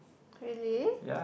really